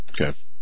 Okay